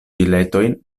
biletojn